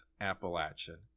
Appalachian